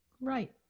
Right